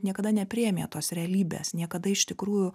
niekada nepriėmė tos realybės niekada iš tikrųjų